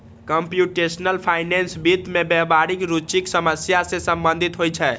computational finance वित्त मे व्यावहारिक रुचिक समस्या सं संबंधित होइ छै